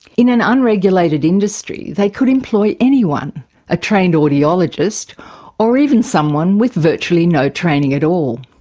in an unregulated industry they could employ anyone a trained audiologist or even someone with virtually no training at all.